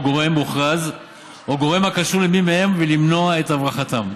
גורם מוכרז או גורם הקשור למי מהם ולמנוע את הברחתם.